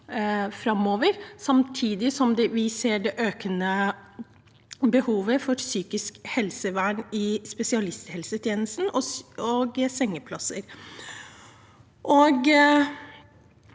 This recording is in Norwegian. framover, samtidig som vi ser det økende behovet for psykisk helsevern i spesialisthelsetjenesten og for sengeplasser.